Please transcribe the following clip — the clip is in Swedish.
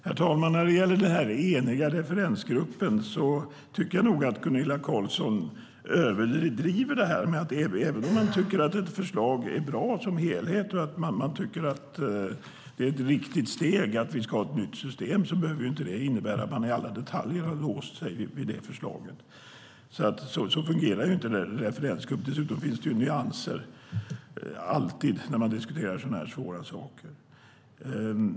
Herr talman! När det gäller den eniga referensgruppen tycker jag att Gunilla Carlsson i Hisings Backa överdriver. Även om ett förslag är bra som helhet och det är ett riktigt steg att införa ett nytt system behöver det inte innebära att man i alla detaljer har låst sig i det förslaget. Så fungerar inte en referensgrupp. Dessutom finns det alltid nyanser i diskussioner om sådana svåra frågor.